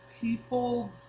people